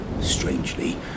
strangely